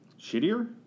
Shittier